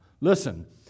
Listen